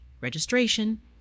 registration